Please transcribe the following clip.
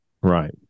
Right